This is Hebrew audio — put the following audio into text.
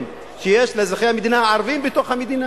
שיש לאזרחי המדינה הערבים בתוך המדינה?